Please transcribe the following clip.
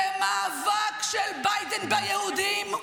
זה מאבק של ביידן ביהודים,